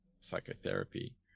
psychotherapy